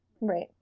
Right